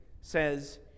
says